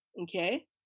okay